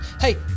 Hey